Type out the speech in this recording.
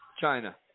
China